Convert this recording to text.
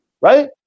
right